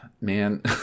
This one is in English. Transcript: Man